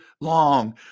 long